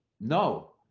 No